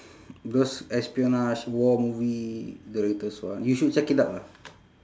those espionage war movie the latest one you should check it out ah